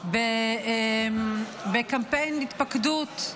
וקמפיין התפקדות,